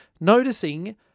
noticing